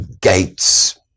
gates